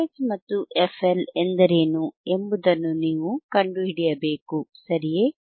fH ಮತ್ತು fL ಎಂದರೇನು ಎಂಬುದನ್ನು ನೀವು ಕಂಡುಹಿಡಿಯಬೇಕುಸರಿಯೇ